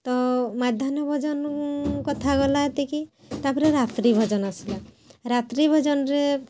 ତ ମାଧ୍ୟାନ୍ନ ଭୋଜନ କଥା ଗଲା ଏତିକି ତା'ପରେ ରାତ୍ରି ଭୋଜନ ଆସିଲା ରାତ୍ରି ଭୋଜନରେ